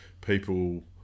people